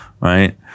Right